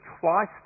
twice